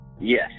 Yes